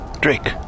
Drake